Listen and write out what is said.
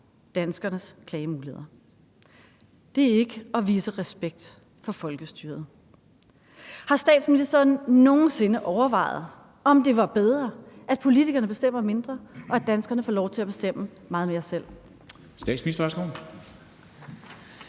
danskernes klagemuligheder. Det er ikke at vise respekt for folkestyret. Har statsministeren nogen sinde overvejet, om det var bedre, at politikerne bestemmer mindre, og at danskerne får lov til at bestemme meget mere selv?